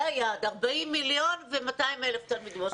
זה היה עד 40,000,000 ו-200,000 תלמידים.